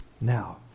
Now